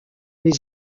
les